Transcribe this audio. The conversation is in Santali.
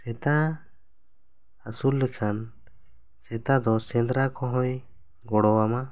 ᱥᱮᱛᱟ ᱟᱹᱥᱩᱞ ᱞᱮᱠᱷᱟᱱ ᱥᱮᱛᱟ ᱫᱚ ᱥᱮᱸᱫᱽᱨᱟ ᱠᱚᱦᱚᱸᱭ ᱜᱚᱲᱚ ᱟᱢᱟ